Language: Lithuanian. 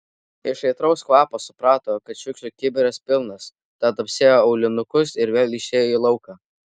iš aitraus kvapo suprato kad šiukšlių kibiras pilnas tad apsiavė aulinukus ir vėl išėjo į lauką